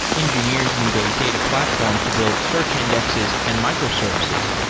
engineers need a data platform to build search indexes and microservices.